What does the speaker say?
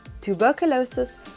tuberculosis